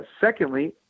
Secondly